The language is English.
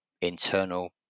internal